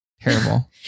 terrible